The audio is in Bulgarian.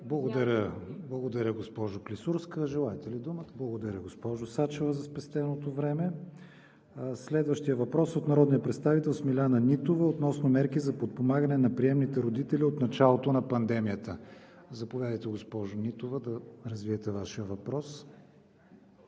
Благодаря, госпожо Клисурска. Желаете ли думата? Благодаря, госпожо Сачева, за спестеното време. Следващият въпрос е от народния представител Смиляна Нитова относно мерките за подпомагане на приемните родители от началото на пандемията. Заповядайте, госпожо Нитова, за да развиете Вашия въпрос.